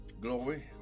Glory